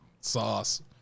sauce